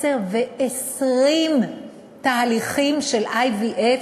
עשר ו-20 תהליכים של IVF,